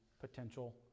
potential